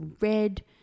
red